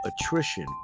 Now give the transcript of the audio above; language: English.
attrition